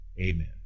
Amen